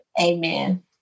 amen